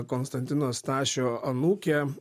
konstantino stašio anūkė